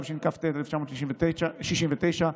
התשכ"ט 1969,